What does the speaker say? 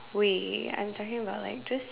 way I'm talking about like just